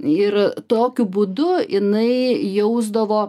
ir tokiu būdu jinai jausdavo